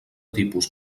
tipus